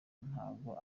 ntago